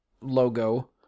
logo